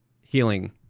healing